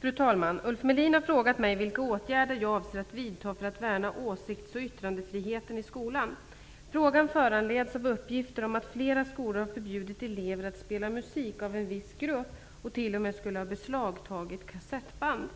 Fru talman! Ulf Melin har frågat mig vilka åtgärder jag avser att vidta för att värna åsikts och yttrandefriheten i skolan. Frågan föranleds av uppgifter om att flera skolor har förbjudit elever att spela musik av en viss grupp och t.o.m. skulle ha beslagtagit kassettband.